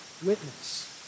witness